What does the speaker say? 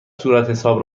صورتحساب